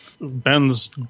Ben's